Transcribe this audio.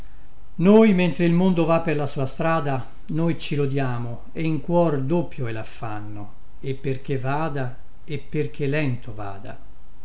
noi mentre il mondo va per la sua strada noi ci rodiamo e in cuor doppio è laffanno e perchè vada e perchè lento vada